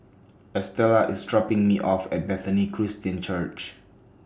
Estella IS dropping Me off At Bethany Christian Church